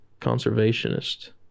conservationist